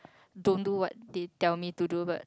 don't do what they tell me to do but